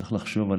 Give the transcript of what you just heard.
צריך לחשוב על